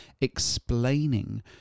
explaining